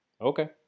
okay